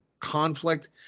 conflict